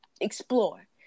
explore